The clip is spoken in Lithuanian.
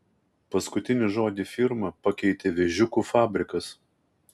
paskui žodį firma pakeitė vėžiukų fabrikas